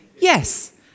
yes